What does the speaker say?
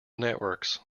networks